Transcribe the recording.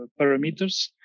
parameters